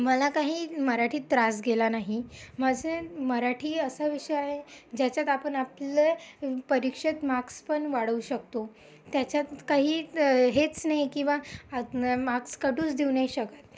मला काही मराठीत त्रास गेला नाही माझे मराठी असा विषय आहे ज्याच्यात आपण आपले परीक्षेत मार्क्स पण वाढवू शकतो त्याच्यात काही हेच नाही किंवा मार्क्स कटूच देऊ नाही शकत